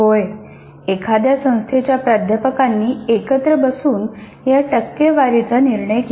होय एखाद्या संस्थेच्या प्राध्यापकांनी एकत्र बसून या टक्केवारीचा निर्णय घ्यावा